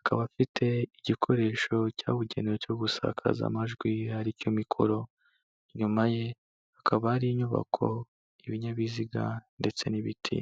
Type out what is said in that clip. akaba afite igikoresho cyabugenewe cyo gusakaza amajwi ari cyo mikoro, inyuma ye hakaba hari inyubako, ibinyabiziga ndetse n'ibiti.